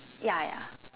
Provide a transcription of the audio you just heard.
ya ya